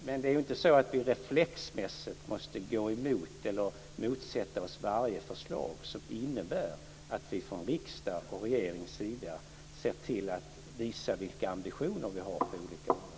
Men vi måste inte reflexmässigt gå emot eller motsätta oss varje förslag som innebär att vi från riksdagens och regeringens sida ser till att visa vilka ambitioner vi har på olika områden.